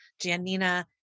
Janina